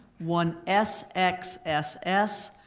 one s x s s,